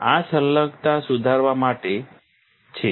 આ સંલગ્નતા સુધારવા માટે છે